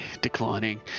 declining